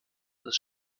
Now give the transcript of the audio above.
des